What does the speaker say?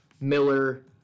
Miller